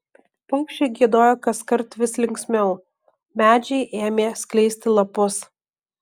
paukščiai giedojo kaskart vis linksmiau medžiai ėmė skleisti lapus